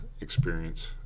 experience